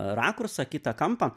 rakursą kitą kampą